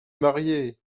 mariée